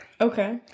Okay